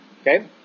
Okay